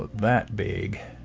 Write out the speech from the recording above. that big